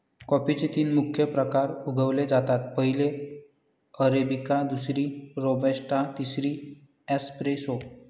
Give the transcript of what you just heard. कॉफीचे तीन मुख्य प्रकार उगवले जातात, पहिली अरेबिका, दुसरी रोबस्टा, तिसरी एस्प्रेसो